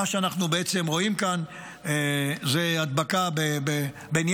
מה שאנחנו בעצם רואים כאן זה הדבקה בנייר